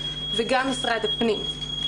וגם משרד הפנים.